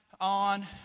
on